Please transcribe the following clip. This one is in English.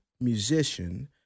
musician